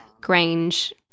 Grange